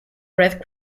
red